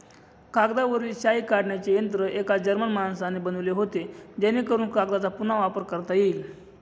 कागदावरील शाई काढण्याचे यंत्र एका जर्मन माणसाने बनवले होते जेणेकरून कागदचा पुन्हा वापर करता येईल